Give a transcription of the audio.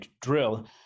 drill